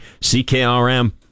CKRM